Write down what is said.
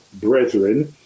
brethren